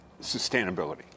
sustainability